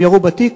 הם ירו בתיק,